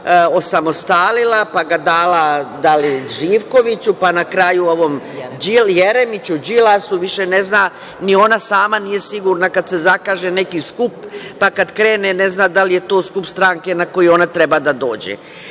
osamostalila, pa ga dala da li Živkoviću, pa na kraju ovom Jeremiću, Đilasu, više ne zna, ni ona sama nije sigurna kad se zakaže neki skup, pa kad krene ne zna da li je to skup stranke na koji ona treba da dođe.Za